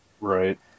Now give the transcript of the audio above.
Right